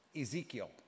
Ezekiel